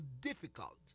difficult